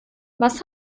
was